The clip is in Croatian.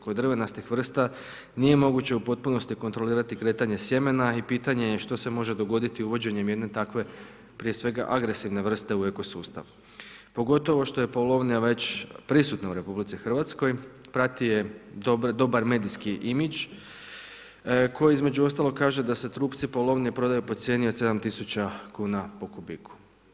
Kod drvenastih vrsta nije moguće u potpunosti kontrolirati kretanje sjemena i pitanje je što se može dogoditi uvođenjem jedne takve prije svega agresivne vrste u eko sustav pogotovo što je paulovnija prisutna u RH, prati je dobar medijski imidž koji između ostalog kažu da se trupci paulovnije prodaju po cijeni po 7000 kuna po kubiku.